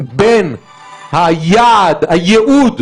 בין היעד הייעוד,